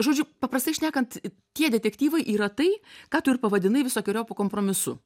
žodžiu paprastai šnekant tie detektyvai yra tai ką tu ir pavadinai visokeriopu kompromisu